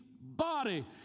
body